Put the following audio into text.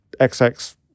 xx